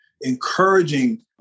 encouraging